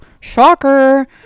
Shocker